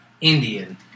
Indian